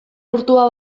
urtua